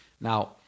Now